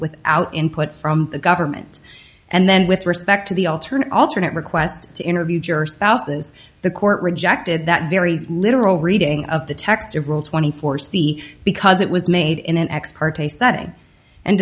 without input from the government and then with respect to the alternate alternate request to interview jurors thousands the court rejected that very literal reading of the text of rule twenty four c because it was made in an ex parte setting and